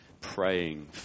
praying